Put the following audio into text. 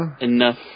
enough